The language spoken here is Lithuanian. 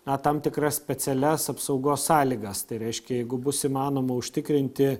na tam tikras specialias apsaugos sąlygas tai reiškia jeigu bus įmanoma užtikrinti